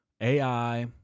AI